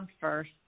first